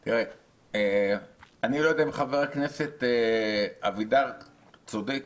אני לא יודע אם חבר הכנסת אבידר צודק